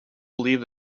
believed